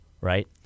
right